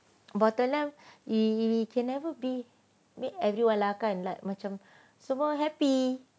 about tunang he can never be meet everywhere lah kan like macam semua happy